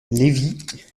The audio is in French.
lévy